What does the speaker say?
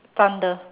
thunder